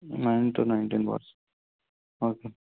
nine to nineteen percent okay